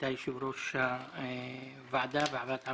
יושב ראש-הוועדה בנושאים רבים בהצעות